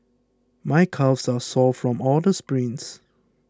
my calves are sore from all the sprints